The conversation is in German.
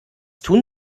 tun